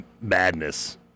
madness